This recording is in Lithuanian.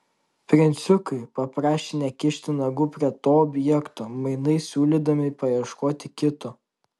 princiukai paprašė nekišti nagų prie to objekto mainais siūlydami paieškoti kito